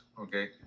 okay